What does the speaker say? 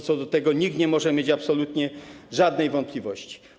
Co do tego nikt nie może mieć absolutnie żadnej wątpliwości.